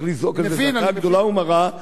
צריך לזעוק על זה זעקה גדולה ומרה.